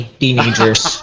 teenagers